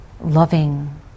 loving